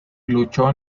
luchó